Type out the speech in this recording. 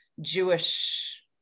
Jewish